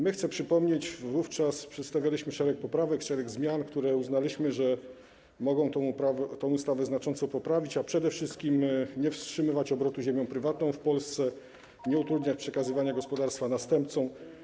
My, chcę przypomnieć, przedstawialiśmy wówczas szereg poprawek, szereg zmian, które, jak uznaliśmy, mogły tę ustawę znacząco poprawić, a przede wszystkim nie wstrzymywać obrotu ziemią prywatną w Polsce, nie utrudniać przekazywania gospodarstwa następcom.